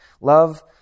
Love